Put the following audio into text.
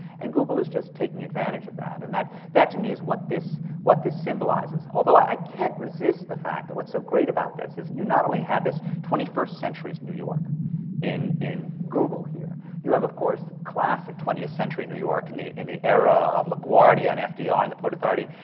and google is just taking advantage of that. and that, to me, is what this what this symbolizes. although, i can't resist the fact that what's so great about this is you not only have this twenty first century new york in in google here, you have, of course, classic twentieth century new york in the in the era of laguardia and fdr and the port authority.